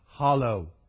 hollow